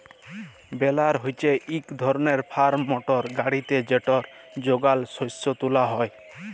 বেলার হছে ইক ধরলের ফার্ম মটর গাড়ি যেটতে যগাল শস্যকে তুলা হ্যয়